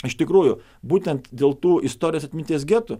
iš tikrųjų būtent dėl tų istorinės atminties getų